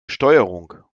steuerung